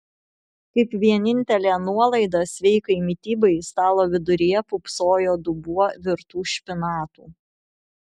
kaip vienintelė nuolaida sveikai mitybai stalo viduryje pūpsojo dubuo virtų špinatų